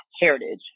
heritage